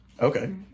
okay